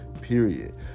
period